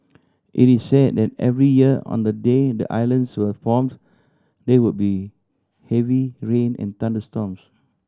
it is say that every year on the day the islands were formed there would be heavy rain and thunderstorms